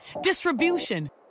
distribution